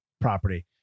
property